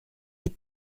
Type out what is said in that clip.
les